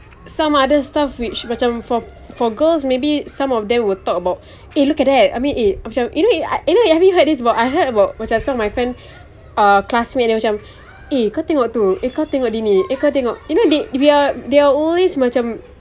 some other stuff which macam for for girls maybe some of them will talk about eh look at that I mean eh macam eh yo~ have you heard this about I heard about macam some of my friends uh classmate dia macam eh kau tengok tu eh kau tengok dia ni eh kau tengok you know they we they are always macam